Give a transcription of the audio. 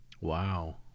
Wow